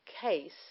case